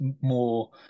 more